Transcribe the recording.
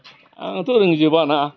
आंथ' रोंजोबा ना